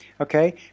okay